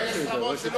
ודאי שהוא יודע.